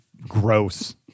gross